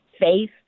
faith